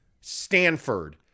Stanford